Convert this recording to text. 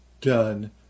done